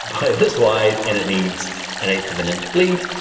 play this wide and it needs an eighth of an inch bleed.